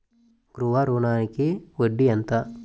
గృహ ఋణంకి వడ్డీ ఎంత?